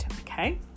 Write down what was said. okay